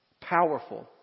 powerful